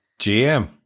GM